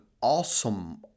awesome